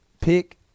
Pick